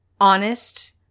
honest